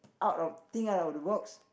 out of think out of the box